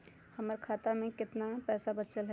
हमर खाता में केतना पैसा बचल हई?